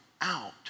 out